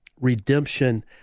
redemption